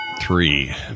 Three